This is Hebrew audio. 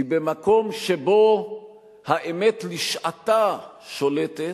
כי במקום שבו האמת לשעתה שולטת,